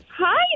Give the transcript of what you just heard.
Hi